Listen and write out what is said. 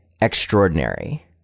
extraordinary